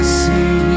see